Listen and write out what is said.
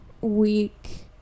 week